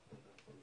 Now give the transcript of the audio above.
אני אתקן.